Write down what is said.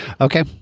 Okay